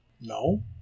No